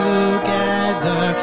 Together